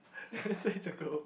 let say is a girl